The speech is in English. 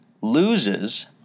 loses